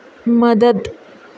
مدد